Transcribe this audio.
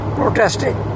protesting